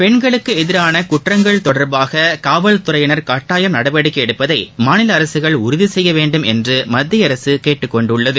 பெண்களுக்கு எதிரான குற்றங்கள் தொடர்பாக காவல்துறையினர் கட்டாயம் நடவடிக்கை எடுப்பதை மாநில அரசுகள் உறுதி செய்ய வேண்டும் என்று மத்திய அரசு கேட்டுக் கொண்டுள்ளது